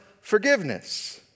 forgiveness